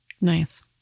nice